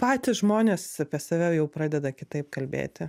patys žmonės apie save jau pradeda kitaip kalbėti